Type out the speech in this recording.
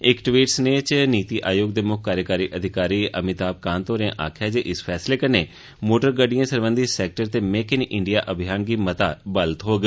इक टवीट् संदेस च नीति आयोग दे मुक्ख कार्यकारी अधिकारी अमिताम कांत होरें आखेआ जे इस फैसले कन्नै मोटर गड़िडएं सरबंधी सैक्टर ते मेक इन इंडिया अभियान गी बड़ा प्रोत्साहन थ्होग